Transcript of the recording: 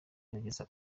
gerageza